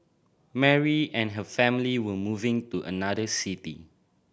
Mary and her family were moving to another city